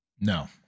No